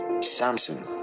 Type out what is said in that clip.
samson